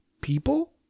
People